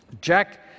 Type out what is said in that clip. Jack